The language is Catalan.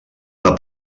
una